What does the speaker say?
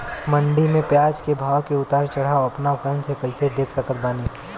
मंडी मे प्याज के भाव के उतार चढ़ाव अपना फोन से कइसे देख सकत बानी?